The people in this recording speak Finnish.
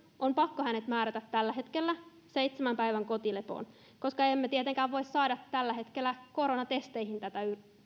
on pakko hänet määrätä tällä hetkellä seitsemän päivän kotilepoon koska tietenkään tällä hetkellä tätä työntekijää